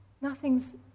nothing's